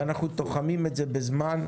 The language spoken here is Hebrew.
אנחנו תוחמים את זה בזמן.